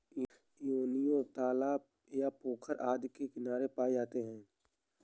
योनियों तालाब या पोखर आदि के किनारे पाए जाते हैं